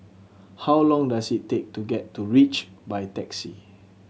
how long does it take to get to Reach by taxi